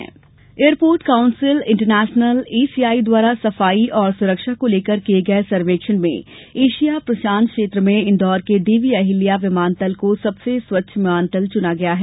हवाई अड्डा airport council international ACI द्वारा सफाई और सुरक्षा को लेकर किये गये सर्वेक्षण में एशिया प्रशांत क्षेत्र में इन्दौर के देवी अहिल्या विमानतल को सबसे स्वच्छ विमानतल चुना गया है